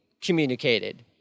communicated